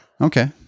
Okay